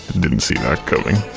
didn't see that coming!